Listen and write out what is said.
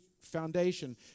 foundation